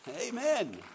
Amen